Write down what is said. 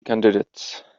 candidates